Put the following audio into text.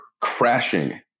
crashing